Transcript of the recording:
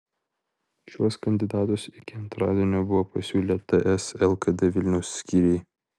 šiuos kandidatus iki antradienio buvo pasiūlę ts lkd vilniaus skyriai